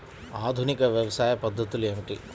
ఆధునిక వ్యవసాయ పద్ధతులు ఏమిటి?